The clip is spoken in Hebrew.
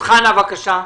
חנה, בבקשה.